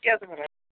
کیٛاہ چھُکھ وَنان